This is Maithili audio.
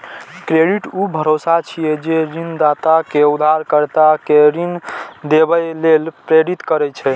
क्रेडिट ऊ भरोसा छियै, जे ऋणदाता कें उधारकर्ता कें ऋण देबय लेल प्रेरित करै छै